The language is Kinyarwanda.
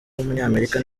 w’umunyamerika